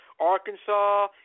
Arkansas